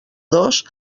dos